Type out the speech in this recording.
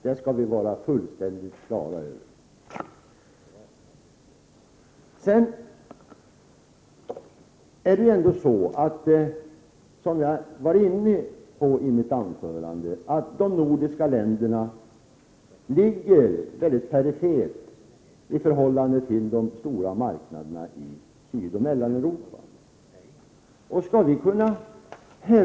Det skall vi vara fullständigt klara över. De nordiska länderna ligger, som jag i mitt huvudanförande var inne på, mycket perifert i förhållande till de stora marknaderna i Sydoch Mellaneuropa.